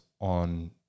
on